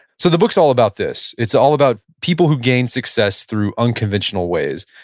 so the book is all about this. it's all about people who gain success through unconventional ways.